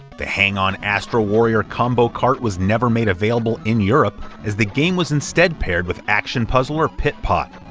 the hang on astro warrior combo cart was never made available in europe, as the game was instead paired with action puzzler pit pot.